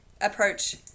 approach